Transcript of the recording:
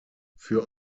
für